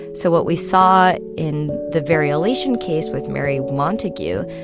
so what we saw in the variolation case with mary montagu,